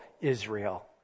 Israel